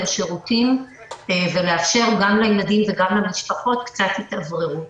שירותים ולאפשר גם לילדים וגם למשפחות קצת התאווררות.